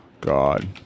God